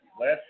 last